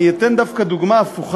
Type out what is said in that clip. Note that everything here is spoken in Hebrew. אני אתן דוגמה הפוכה